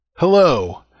Hello